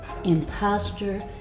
imposter